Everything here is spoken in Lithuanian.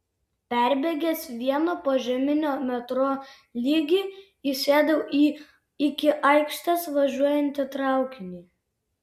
perbėgęs vieną požeminio metro lygį įsėdau į iki aikštės važiuojantį traukinį